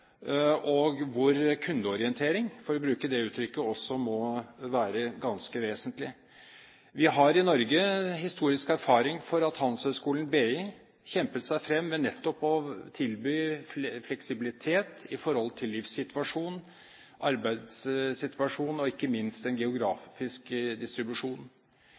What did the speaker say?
mål, hvor kundeorientering, for å bruke det uttykket, også må være ganske vesentlig. Vi har i Norge historisk erfaring for at Handelshøyskolen BI kjempet seg frem ved nettopp å tilby fleksibilitet i forhold til livssituasjon, arbeidssituasjon og ikke minst en geografisk distribusjon.